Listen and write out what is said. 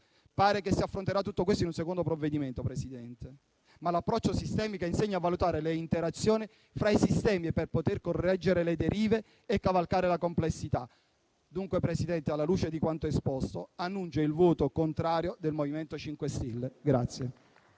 Pare che si affronterà tutto questo in un secondo provvedimento, ma l'approccio sistemico insegna a valutare le interazioni fra i sistemi per poter correggere le derive e cavalcare la complessità. In conclusione, alla luce di quanto esposto, annuncio il voto contrario del MoVimento 5 Stelle.